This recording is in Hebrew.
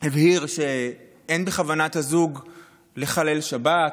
הבהיר שאין בכוונת הזוג לחלל לשבת,